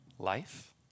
life